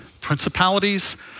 principalities